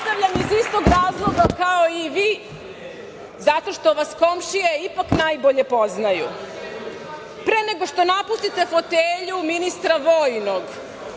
Pretpostavljam iz istog razloga kao i vi, zato što vas komšije najbolje poznaju. Pre nego što napustite fotelju ministra vojnog,